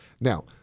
Now